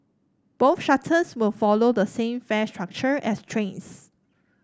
both shuttles will follow the same fare structure as trains